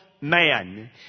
man